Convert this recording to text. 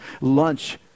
lunch